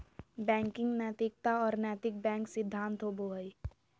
banking नैतिकता और नैतिक बैंक सिद्धांत होबो हइ